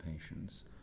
patients